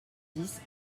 dix